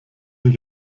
ich